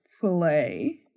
play